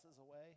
away